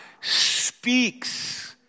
speaks